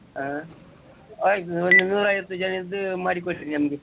ಹಾಂ ಆಯ್ತು ಒಂದು ನೂರ ಐವತ್ತು ಜನದ್ದು ಮಾಡಿಕೊಡಿರಿ ನಮಗೆ